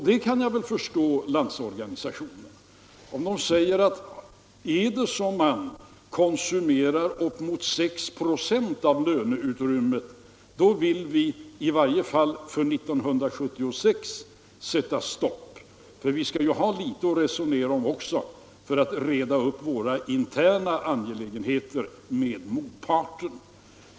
Jag kan också förstå Landsorganisationen om den säger: Om man konsumerar uppemot 6 4 av löneutrymmet för arbetsgivaravgiften, så vill vi i varje fall för 1976 sätta stopp; vi vill ha litet att resonera om för att kunna reda upp våra interna angelägenheter med motparten.